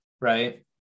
right